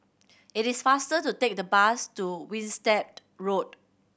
it is faster to take the bus to Winstedt Road